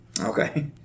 Okay